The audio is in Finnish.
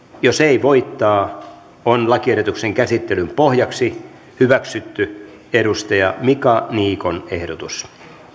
jos ei voittaa on lakiehdotuksen käsittelyn pohjaksi hyväksytty mika niikon ehdotus